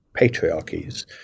patriarchies